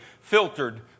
filtered